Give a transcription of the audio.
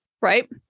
Right